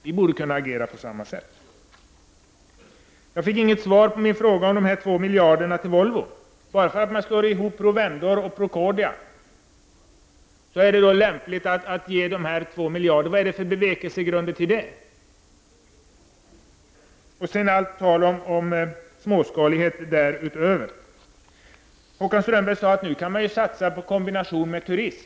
Vi borde kunna agera på samma sätt. Jag fick inte något svar på min fråga om de 2 miljarderna till Volvo. Bara därför att Provendor och Procordia slås ihop anses det lämpligt att ge Volvo 2 miljarder. Vilka är bevekelsegrunderna för det? Därutöver talas det mycket om småskalighet. Håkan Strömberg sade att man kan satsa på en kombination med turism.